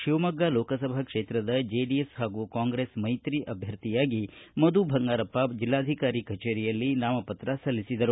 ಶಿವಮೊಗ್ಗ ಲೋಕಸಭಾ ಕ್ಷೇತ್ರದ ಜೆಡಿಎಸ್ ಹಾಗೂ ಕಾಂಗ್ರೆಸ್ ಮೈತ್ರಿ ಅಭ್ಯರ್ಥಿಯಾಗಿ ಮಧು ಬಂಗಾರಪ್ಪ ಜೆಲ್ಲಾಧಿಕಾರಿ ಕಚೇರಿಯಲ್ಲಿ ನಾಮಪತ್ರ ಸಲ್ಲಿಸಿದರು